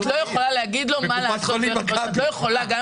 את לא יכולה להגיד לו מה לעשות,